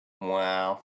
Wow